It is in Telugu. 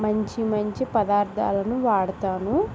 మంచి మంచి పదార్థాలను వాడతాను